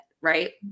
Right